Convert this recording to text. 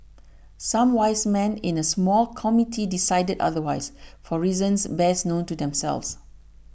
some wise men in a small committee decided otherwise for reasons best known to themselves